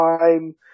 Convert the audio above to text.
time